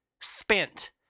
spent